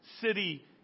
city